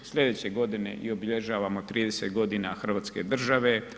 Sljedeće godine obilježavamo 30 godina Hrvatske države.